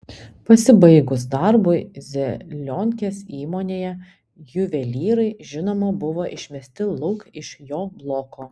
pasibaigus darbui zelionkės įmonėje juvelyrai žinoma buvo išmesti lauk iš jo bloko